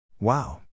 Wow